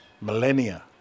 millennia